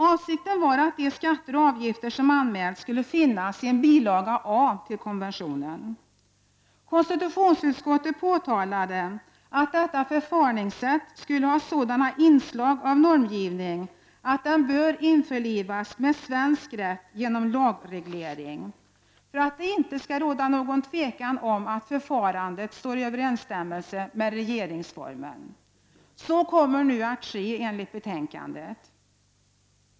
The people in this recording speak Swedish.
Avsikten var att de skatter och avgifter som anmälts skulle finnas i en bilaga A till konventionen. Konstitutionsutskottet påtalade att detta förfaringssätt skulle ha sådana inslag av normgivning att det bör införlivas med svensk rätt genom lagreglering, för att det inte skall råda något tvivel om att förfarandet står i överensstämmelse med regeringsformen. Så kommer nu att ske enligt betänkandet.